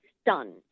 stunned